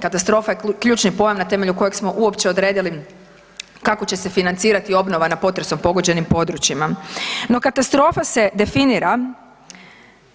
Katastrofa je ključni pojam na temelju kojeg smo uopće odredili kako će se financirati obnova na potresom pogođenim područjima, no katastrofa se definira